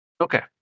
Okay